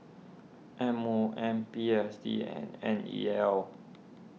M O M P S D and N E L